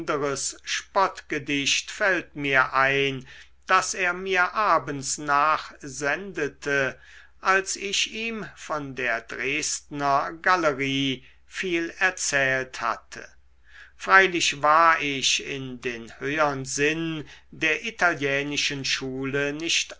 anderes spottgedicht fällt mir ein das er mir abends nachsendete als ich ihm von der dresdner galerie viel erzählt hatte freilich war ich in den höhern sinn der italienischen schule nicht